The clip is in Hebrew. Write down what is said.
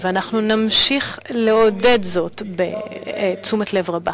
ואנחנו נמשיך לעודד זאת בתשומת לב רבה.